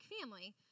family